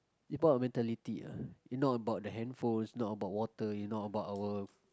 it about mentality ah it not about the handphones not about water not about our